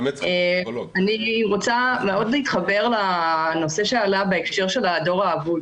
אני רוצה להתחבר לנושא שעלה בהקשר של הדור האבוד.